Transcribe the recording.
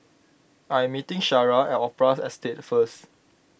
I am meeting Shara at Opera Estate first